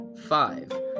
five